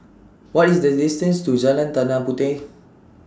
What IS The distance to Jalan Tanah Puteh